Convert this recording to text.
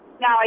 No